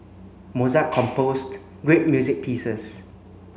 Mozart composed great music pieces